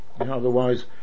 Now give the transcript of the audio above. Otherwise